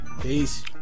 peace